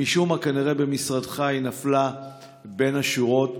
ומשום מה כנראה במשרדך היא נפלה בין הכיסאות.